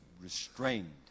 restrained